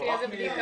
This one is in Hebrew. לפי איזה בדיקה?